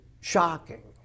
shocking